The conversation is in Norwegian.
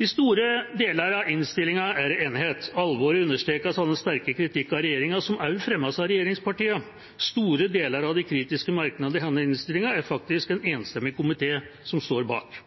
I store deler av innstillinga er det enighet. Alvoret understrekes av den sterke kritikk av regjeringa som også fremmes av regjeringspartiene. Store deler av de kritiske merknadene i denne innstillinga er det faktisk en enstemmig komité som står bak.